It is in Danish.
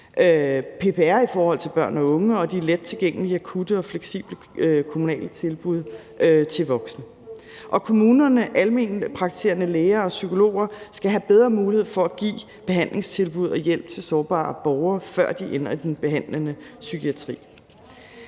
PPR i forhold til børne og unge og de lettilgængelige, akutte og fleksible kommunale tilbud til voksne. Og kommunerne og almenpraktiserende læger og psykologer skal have bedre muligheder for at give behandlingstilbud og hjælp til sårbare borgere, før de ender i den behandlende psykiatri.